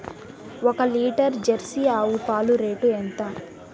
ఒక litre jersey ఆవు పాలు రేటు ఎంత?